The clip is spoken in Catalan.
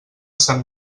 sant